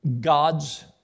God's